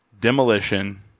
Demolition